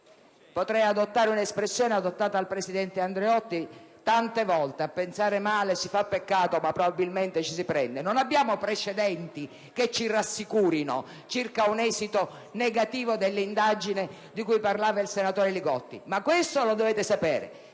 potrei adottare un'espressione utilizzata dal presidente Andreotti: tante volte a pensar male si fa peccato, ma probabilmente ci si prende. Non abbiamo precedenti che ci rassicurino circa un esito negativo dell'indagine di cui parlava il senatore Li Gotti, ma questo lo dovete sapere: